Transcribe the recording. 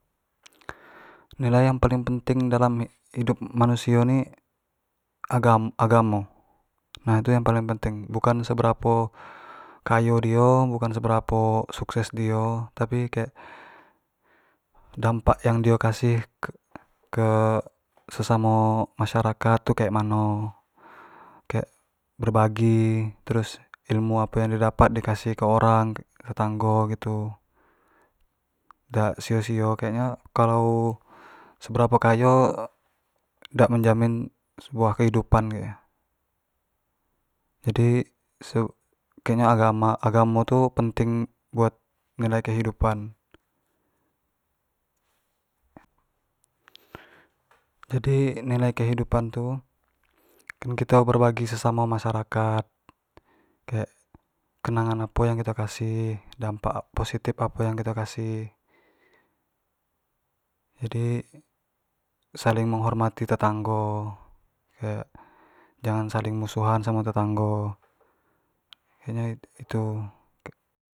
nilai yang paling penting dalam hidup manusio ni agam- agamo, nah itu yang paling penting bukan seberapo kayo dio, bukan seberapo sukses dio tapi kayak dampak yang dio kasih k- ke sesame masyarakat tu kek mano, kek berbagi terus ilmu apo yang di dapat dio kasih ke orang, tetanggo gitu dak sio sio gitu, kek nyo kalau seberapo kayo dak menjamin sebuah kehidupan kek nyo jadi kek nyo agama agamo tu penting buat nilai kehidupan jadi nilai kehidupan tu kan kito berbagi sesame masyarakat kek kenangan apo yang kito kasih, dampak positif apo yang kito kasih jadi saling menghormati tetanggo kayak jangan saling musuhan samo tetanggo kyak nyo itu.